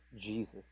Jesus